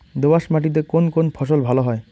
দোঁয়াশ মাটিতে কোন কোন ফসল ভালো হয়?